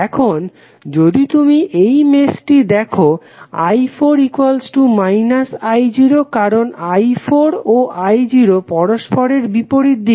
এখন যদি তুমি এই মেশটি দেখো i4 I0 কারণ i4 ও I0 পরস্পরের বিপরীত দিকে